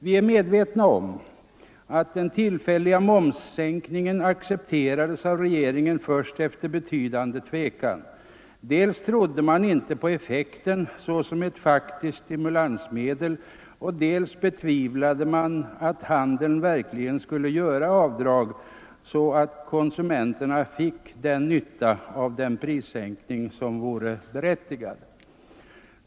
Vi är medvetna om att den tillfälliga momssänkningen accepterades av regeringen först efter betydande tvekan. Dels trodde man inte på effekten såsom faktiskt stimulansmedel, dels betvivlade man att handeln verkligen skulle göra avdrag så att konsumenterna fick den nytta av momssänkningen som vore berättigad.